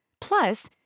Plus